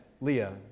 Leah